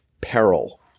peril